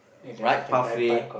right pathway